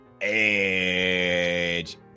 Edge